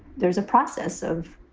there's a process of